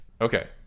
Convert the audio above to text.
okay